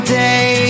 day